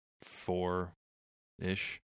four-ish